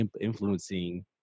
influencing